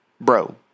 Bro